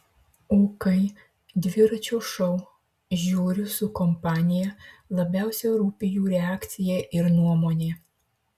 o kai dviračio šou žiūriu su kompanija labiausiai rūpi jų reakcija ir nuomonė